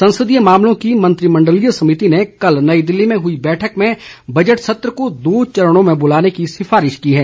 संसदीय मामलों की मंत्रिमंडलीय समिति ने कल नई दिल्ली में हुई बैठक में बजट सत्र को दो चरणों में बुलाने की सिफारिश की है